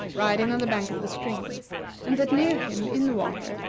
riding on the bank of the stream and that near him, in the water,